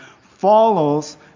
follows